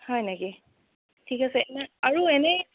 হয় নেকি ঠিক আছে আপোনাৰ আৰু এনেই